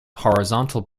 horizontal